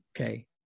Okay